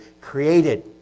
created